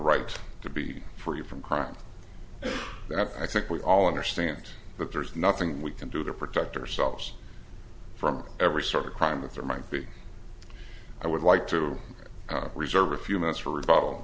right to be free from crime that i think we all understand that there is nothing we can do to protect ourselves from every sort of crime that there might be i would like to reserve a few minutes for